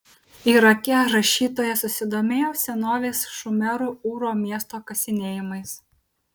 irake rašytoja susidomėjo senovės šumerų ūro miesto kasinėjimais